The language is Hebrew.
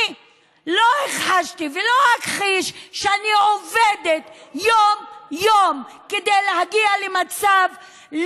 אני לא הכחשתי ולא אכחיש שאני עובדת יום-יום כדי להגיע למצב,